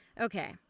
okay